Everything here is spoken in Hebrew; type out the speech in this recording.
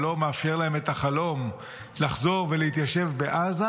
ולא מאפשר להם את החלום לחזור ולהתיישב בעזה,